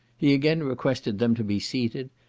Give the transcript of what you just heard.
he again requested them to be seated,